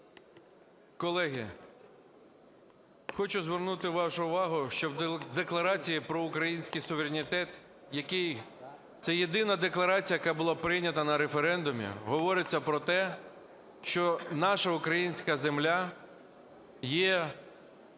Колеги, хочу звернути вашу увагу, що в Декларації про український суверенітет, це єдина декларація, яка була прийнята на референдумі, говориться про те, що наша українська земля є